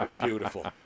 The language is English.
Beautiful